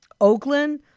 Oakland